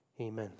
Amen